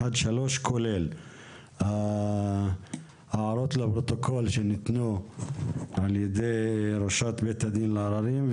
כולל ההערות לפרוטוקול שניתנו על ידי ראשת בית הדין לעררים,